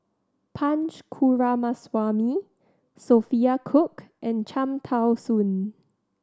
Punch Coomaraswamy Sophia Cooke and Cham Tao Soon